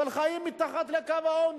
אבל חיות מתחת לקו העוני,